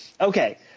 Okay